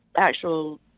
actual